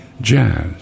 jazz